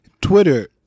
Twitter